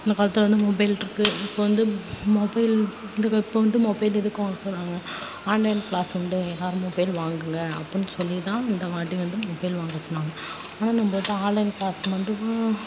இந்த காலத்தில் வந்து மொபைல் இருக்குது இப்போ வந்து மொபைல் வந்து இப்போ வந்து மொபைல் எதுக்கு வாங்க சொல்கிறாங்க ஆன்லைன் கிளாஸ் உண்டு எல்லாரும் மொபைல் வாங்குங்க அப்பட்னு சொல்லி தான் இந்தவாட்டி வந்து மொபைல் வாங்க சொன்னாங்கள் ஆனால் நம்ம வந்து ஆன்லைன் கிளாஸ் மட்டுமா